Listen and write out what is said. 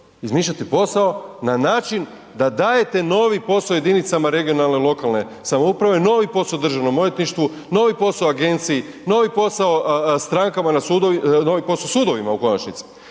izmišljate posao na način da dajete novi posao jedinicama regionalne i lokalne samouprave, novi posao državnom odvjetništvu, novi posao agenciji, novi posao strankama na sudovima, novi posao sudovima u konačnici,